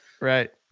Right